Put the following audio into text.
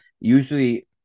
Usually